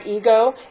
ego